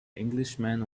englishman